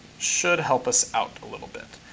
should help us out a little bit.